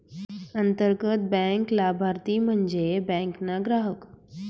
अंतर्गत बँक लाभारती म्हन्जे बँक ना ग्राहक